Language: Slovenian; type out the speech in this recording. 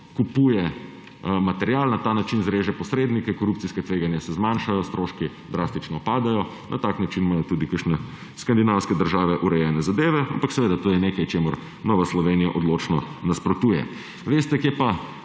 kupuje material, na ta način zreže posrednike, korupcijska tveganja se zmanjšajo, stroški drastično padejo. Na tak način imajo tudi kakšne skandinavske države urejene zadeve, ampak seveda to je nekaj, čemur Nova Slovenija odločno nasprotuje. Veste, kje pa